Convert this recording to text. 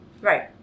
right